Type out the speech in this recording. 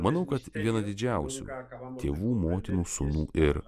manau kad viena didžiausių tėvų motinų sūnų ir